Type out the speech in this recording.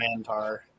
Mantar